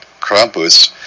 Krampus